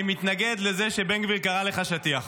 אני מתנגד לזה שבן גביר קרא לך שטיח.